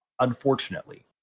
Unfortunately